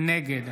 נגד